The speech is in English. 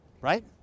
Right